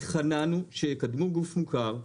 התחננו שיקדמו גוף מוכר,